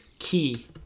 Key